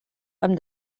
amb